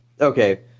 Okay